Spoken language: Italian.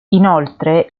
inoltre